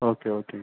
okay ஓகேங்க